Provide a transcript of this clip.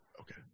Okay